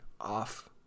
off